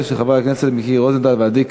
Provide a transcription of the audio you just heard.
חבר הכנסת אברהם מיכאלי בעד,